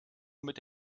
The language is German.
mit